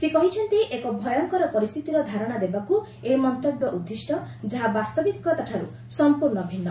ସେ କହିଛନ୍ତି ଏକ ଭୟଙ୍କର ପରିସ୍ଥିତିର ଧାରଣା ଦେବାକୁ ଏହି ମନ୍ତବ୍ୟ ଉଦ୍ଦିଷ୍ଟ ଯାହା ବାସ୍ତବିକତାଠାରୁ ସମ୍ପୂର୍ଣ୍ଣ ଭିନ୍ନ